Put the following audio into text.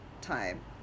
time